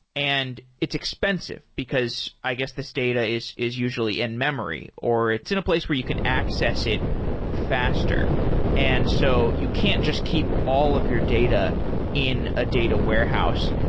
and it's expensive, because i guess this data is is usually in-memory, or it's in a place where you can access it faster and so you can't just keep all of your data in a data warehouse.